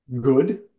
good